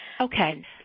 Okay